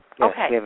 Okay